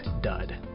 dud